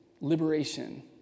liberation